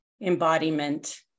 embodiment